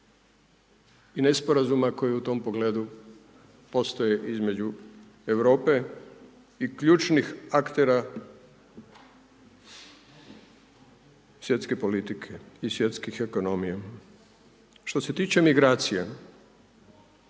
i nesporazuma koji u tom pogledu postoje između Europe i ključnih aktera svjetske politike i svjetskih ekonomija. Što se tiče migracija,